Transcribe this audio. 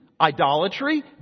idolatry